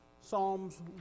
Psalms